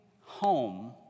home